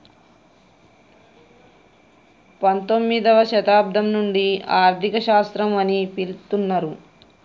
పంతొమ్మిదవ శతాబ్దం నుండి ఆర్థిక శాస్త్రం అని పిలుత్తున్నరు